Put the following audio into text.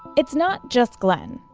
it's not just glen,